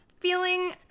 feeling